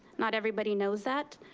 not everybody knows that.